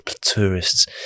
tourists